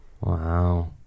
Wow